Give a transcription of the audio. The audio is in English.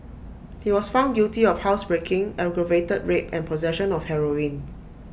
he was found guilty of housebreaking aggravated rape and possession of heroin